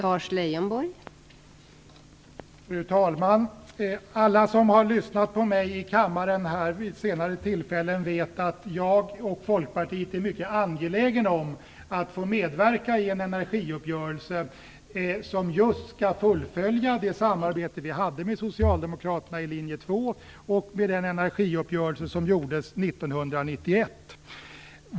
Fru talman! Alla som har lyssnat på mig i kammaren vid senare tillfällen vet att jag och Folkpartiet är mycket angelägna om att få medverka i en energiuppgörelse som just skall fullfölja det samarbete vi hade med socialdemokraterna i linje 2 och den energiuppgörelse som gjordes 1991.